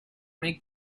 make